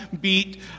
beat